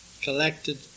Collected